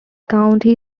county